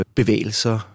bevægelser